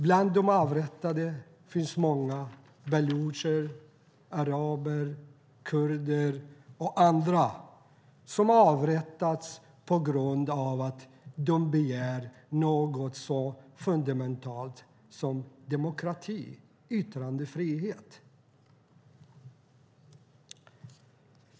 Bland de avrättade finns många balucher, araber, kurder och andra som avrättats på grund av att de begär något så fundamentalt som demokrati och yttrandefrihet.